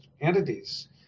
entities